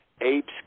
apes